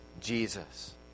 Jesus